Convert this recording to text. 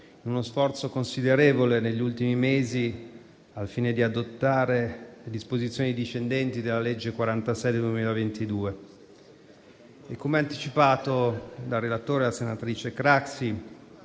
in uno sforzo considerevole negli ultimi mesi al fine di adottare le disposizioni discendenti dalla legge n. 46 del 2022. Come anticipato dal relatore, la senatrice Craxi,